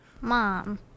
Mom